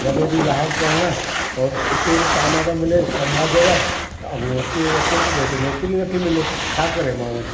वञे थी ॿाहिरि पढ़ण त हिते बि ताना था मिलेस समाज जा त हूअं हिते अचे थी त हिते नौकिरी नथी मिले छा करे माण्हू